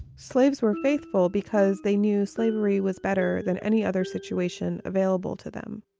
slaves were faithful because they knew slavery was better than any other situation available to them